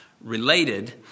related